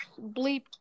bleep